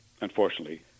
unfortunately